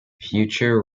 future